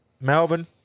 Melbourne